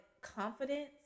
confidence